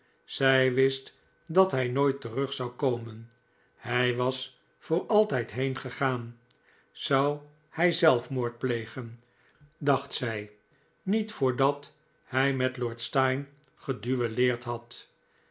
zij wist dat hij nooit terug zou komen hij was voor altijd heengegaan zou hij zelfmoord plegen dacht zij niet voordat hij met lord steyne geduelleerd had